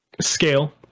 scale